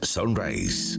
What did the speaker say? Sunrise